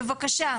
בבקשה.